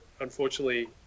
unfortunately